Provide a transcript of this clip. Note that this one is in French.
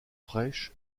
fraîche